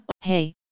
Hey